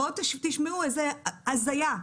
בואו תשמעו איזה הזיה.